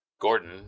Gordon